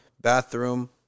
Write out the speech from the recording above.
bathroom